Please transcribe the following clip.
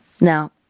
Now